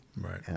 Right